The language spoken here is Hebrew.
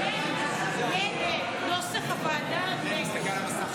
הוועדה, נתקבל.